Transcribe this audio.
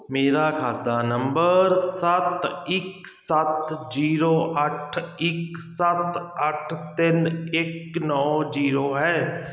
ਮੇਰਾ ਖਾਤਾ ਨੰਬਰ ਸੱਤ ਇੱਕ ਸੱਤ ਜ਼ੀਰੋ ਅੱਠ ਇੱਕ ਸੱਤ ਅੱਠ ਤਿੰਨ ਇੱਕ ਨੌਂ ਜ਼ੀਰੋ ਹੈ